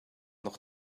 noch